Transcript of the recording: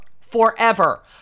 forever